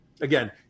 again